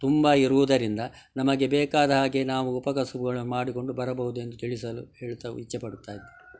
ತುಂಬ ಇರುವುದರಿಂದ ನಮಗೆ ಬೇಕಾದ ಹಾಗೆ ನಾವು ಉಪಕಸಬುಗಳನ್ನ ಮಾಡಿಕೊಂಡು ಬರಬಹುದೆಂದು ತಿಳಿಸಲು ಹೇಳ್ತಾ ಇಚ್ಛೆ ಪಡುತ್ತಾ